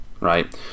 right